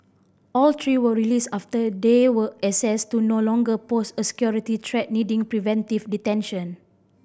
all three were released after they were assessed to no longer pose a security threat needing preventive detention